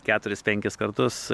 keturis penkis kartus